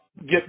get